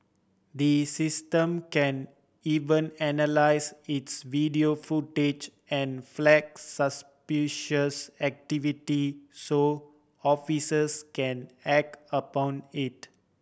the system can even analyse its video footage and flag suspicious activity so officers can act upon it